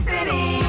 City